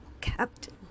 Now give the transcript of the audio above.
Captain